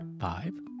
five